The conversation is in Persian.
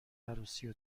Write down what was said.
عروسی